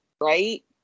Right